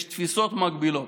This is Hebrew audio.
יש תפיסות מגבילות,